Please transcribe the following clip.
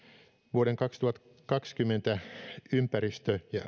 vuoden kaksituhattakaksikymmentä ympäristö ja